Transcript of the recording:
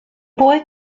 boy